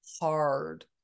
hard